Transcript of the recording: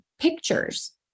pictures